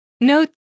Note